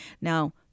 Now